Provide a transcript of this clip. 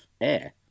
air